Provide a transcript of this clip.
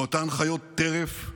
באותן חיות טרף,